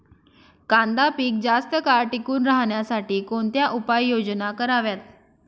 कांदा पीक जास्त काळ टिकून राहण्यासाठी कोणत्या उपाययोजना कराव्यात?